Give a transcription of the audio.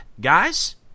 guys